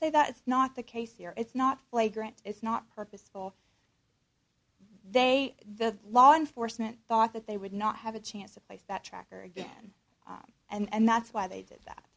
say that's not the case here it's not flagrant it's not purposeful they the law enforcement thought that they would not have a chance to place that tracker again and that's why they did that